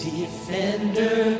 Defender